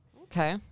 Okay